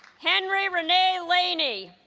henry rene laney